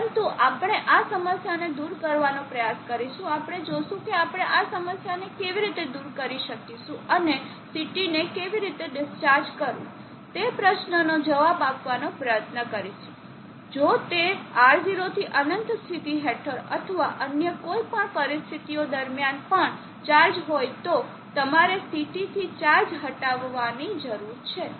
પરંતુ આપણે આ સમસ્યાને દૂર કરવાનો પ્રયાસ કરીશું આપણે જોશું કે આપણે આ સમસ્યાને કેવી રીતે દૂર કરી શકીશું અને CT ને કેવી રીતે ડિસ્ચાર્જ કરવું તે પ્રશ્નનો જવાબ આપવાનો પ્રયત્ન કરીશું જો તે R0 ની અનંત સ્થિતિ હેઠળ અથવા અન્ય કોઈપણ પરિસ્થિતિઓ દરમિયાન પણ ચાર્જ હોય તો તમારે CT થી ચાર્જ હટાવવાની જરૂર છે